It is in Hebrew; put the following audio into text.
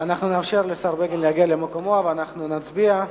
אנחנו נאפשר לשר בגין להגיע למקומו ואנחנו נצביע.